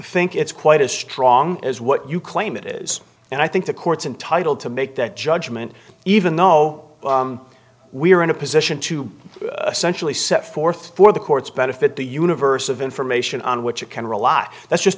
think it's quite as strong as what you claim it is and i think the courts entitle to make that judgement even though we are in a position to a centrally set forth for the courts benefit the universe of information on which it can rely that's just